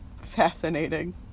Fascinating